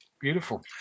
Beautiful